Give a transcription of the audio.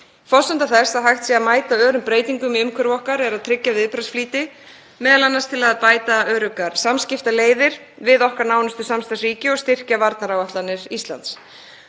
Forsenda þess að hægt sé að mæta örum breytingum í umhverfi okkar er að tryggja viðbragðsflýti, m.a. til að bæta öruggar samskiptaleiðir við okkar nánustu samstarfsríki og styrkja varnaráætlanir Íslands.